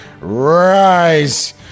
Rise